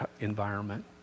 environment